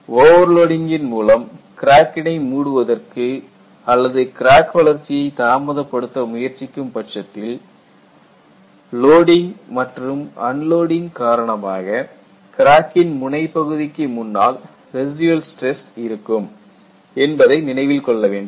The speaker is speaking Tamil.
ஓவர் லோடிங்கின் மூலம் கிராக்கினை மூடுவதற்கு அல்லது கிராக் வளர்ச்சியை தாமதப்படுத்த முயற்சிக்கும் பட்சத்தில் லோடிங் மற்றும் அன்லோடிங் காரணமாக கிராக்கின் முனைப் பகுதிக்கு முன்னால் ரெசிடியல் ஸ்டிரஸ் இருக்கும் என்பதை நினைவில் கொள்ளவேண்டும்